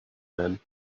men